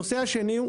הנושא השני,